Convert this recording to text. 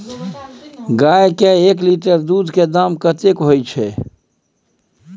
गाय के एक लीटर दूध के दाम कतेक होय छै?